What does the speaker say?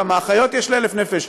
כמה אחיות יש ל-1,000 נפש.